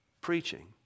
preaching